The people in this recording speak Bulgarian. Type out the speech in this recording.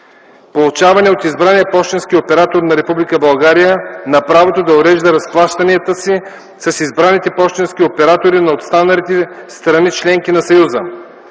получаване от избрания пощенски оператор на Република България на правото да урежда разплащанията си с избраните пощенски оператори на останалите страни - членки на съюза,